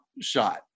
shot